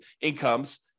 incomes